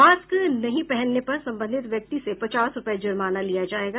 mask नहीं पहनने पर संबंधित व्यक्ति से पचास रूपये जुर्माना लिया जायेगा